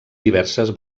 diverses